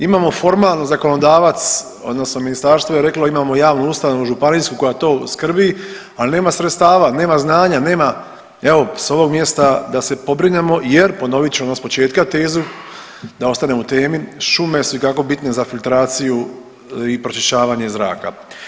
Imamo formalno zakonodavac odnosno ministarstvo je reklo imamo javnu ustanovu županijsku koja to skrbi, ali nema sredstava, nema znanja, nema evo s ovog mjesta da se pobrinemo jer ponovit ću ono s početka tezu da ostanem u temi, šume su itekako bitne za filtraciju i pročišćavanje zraka.